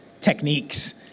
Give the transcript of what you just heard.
techniques